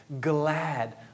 glad